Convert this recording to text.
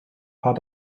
paar